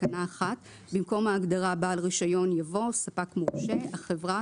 בתקנה 1 במקום ההגדרה "בעל רישיון" יבוא: ""ספק מורשה" החברה,